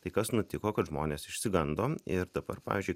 tai kas nutiko kad žmonės išsigando ir dabar pavyzdžiui